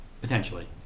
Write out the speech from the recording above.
potentially